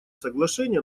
соглашения